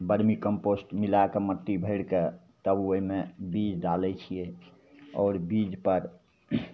vermi compost मिलैके मट्टी भरिके तब ओ ओहिमे बीज डालै छिए आओर बीजपर